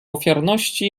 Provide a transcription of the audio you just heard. ofiarności